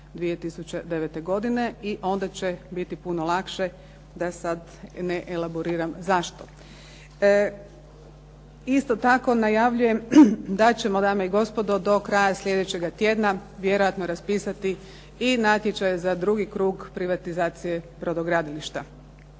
2009. godine i onda će biti puno lakše, da sada ne elaboriram zašto. Isto tako najavljujem da ćemo, dame i gospodo, do kraja idućega tjedna vjerojatno raspisati i natječaj za drugi krug privatizacije brodogradilišta.